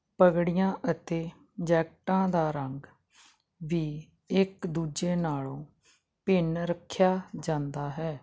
ਪਗੜੀਆਂ ਅਤੇ ਜੈਕਟਾਂ ਦਾ ਰੰਗ ਵੀ ਇੱਕ ਦੂਜੇ ਨਾਲੋਂ ਭਿੰਨ ਰੱਖਿਆ ਜਾਂਦਾ ਹੈ